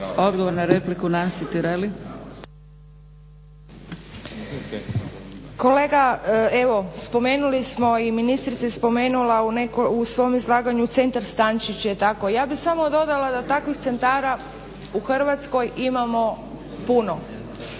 Kolega, evo spomenuli smo, i ministrica je spomenula u svom izlaganju centar Stančić, jel tako? Ja bih samo dodala da takvih centara u Hrvatskoj imamo puno